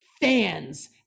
fans